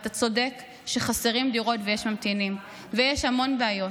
ואתה צודק שחסרות דירות ושיש ממתינים ויש המון בעיות,